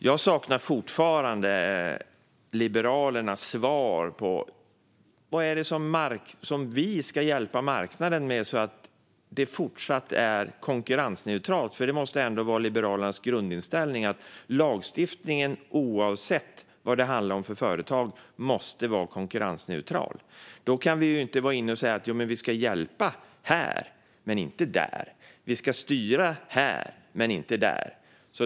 Jag saknar fortfarande Liberalernas svar på vad det är som vi ska hjälpa marknaden med så att det fortsatt råder konkurrensneutralitet, för det måste ändå vara Liberalernas grundinställning att lagstiftningen, oavsett vad det handlar om för företag, måste vara konkurrensneutral. Då kan vi inte gå in och säga att vi ska hjälpa här men inte där och att vi ska styra här men inte där.